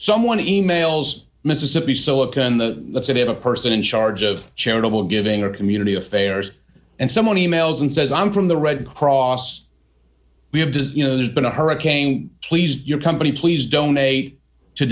someone emails mississippi silicon the city of a person in charge of charitable giving or community affairs and someone e mails and says i'm from the red cross we have to you know there's been a hurricane please your company please donate to